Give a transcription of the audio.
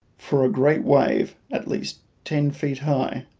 for a great wave, at least ten feet high,